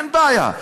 אין בעיה,